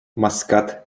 маскат